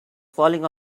falling